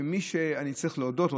מי שאני צריך להודות לו,